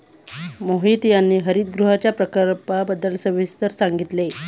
मोहित यांनी हरितगृहांच्या प्रकारांबद्दल सविस्तर सांगितले